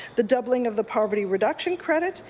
the doubling of the poverty reduction credit,